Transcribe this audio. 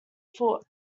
foot